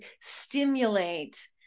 stimulate